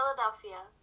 Philadelphia